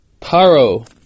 Paro